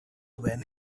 when